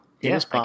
Yes